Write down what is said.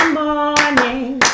morning